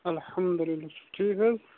اَلحمدُ اللہ تُہۍ چھُو ٹھیٖک حظ